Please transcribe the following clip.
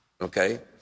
Okay